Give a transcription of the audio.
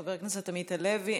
חבר הכנסת עמית הלוי,